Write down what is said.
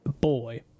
boy